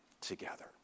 Together